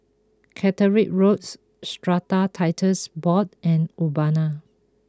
Caterick Roads Strata Titles Board and Urbana